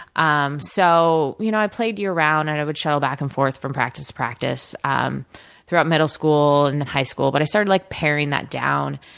um so, you know i played year-round, and i would shuttle back and forth from practice to practice um throughout middle school, and then high school. but, i started like paring that down,